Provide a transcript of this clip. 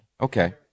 Okay